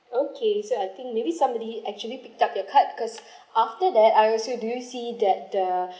okay so I think maybe somebody actually picked up the card cause after that I also do see that the